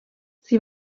sie